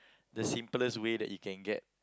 the simplest way that you can get